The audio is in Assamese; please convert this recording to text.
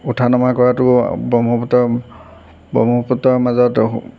উঠা নমা কৰাটো ব্ৰহ্মপুত্ৰ ব্ৰহ্মপুত্ৰৰ মাজত